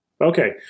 Okay